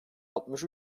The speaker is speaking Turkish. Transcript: altmış